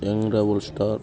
young rebel star